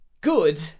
good